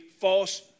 false